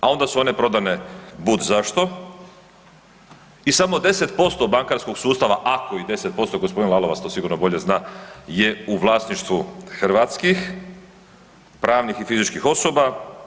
A onda su one prodane budzašto i samo 10% bankarskog sustava ako i 10%, gospodin Lalovac to sigurno bolje zna, je vlasništvu hrvatskih pravnih i fizičkih osoba.